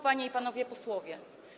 Panie i Panowie Posłowie!